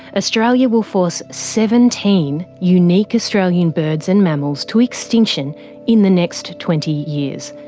australia will force seventeen unique australian birds and mammals to extinction in the next twenty years.